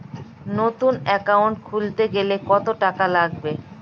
নতুন একাউন্ট খুলতে গেলে কত টাকা লাগবে?